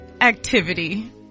Activity